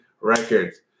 records